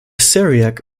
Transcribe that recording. syriac